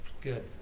good